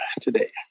today